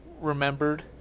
remembered